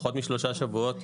פחות משלושה שבועות,